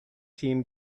team